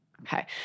Okay